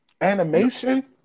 animation